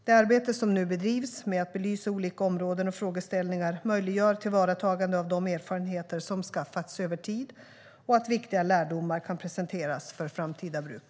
Det arbete som nu bedrivs med att belysa olika områden och frågeställningar möjliggör tillvaratagande av de erfarenheter som har skaffats över tid och att viktiga lärdomar kan presenteras för framtida bruk.